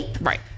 Right